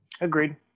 Agreed